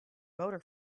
motor